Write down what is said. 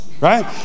right